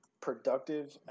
productive